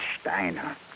Steiner